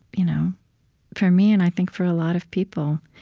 you know for me, and, i think, for a lot of people.